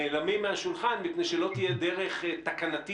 מהם נעלמים מן השולחן כי לא תהיה דרך לקבלם.